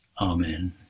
amen